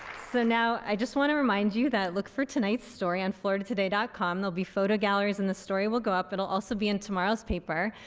so now i just want to remind you that look for tonight's story on floridatoday dot com there'll be photo galleries in the story will go up. it'll also be in tomorrow's paper.